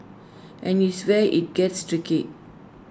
and is where IT gets tricky